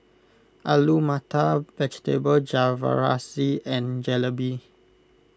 Alu Matar Vegetable Jalfrezi and Jalebi